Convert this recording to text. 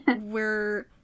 We're-